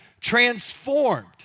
Transformed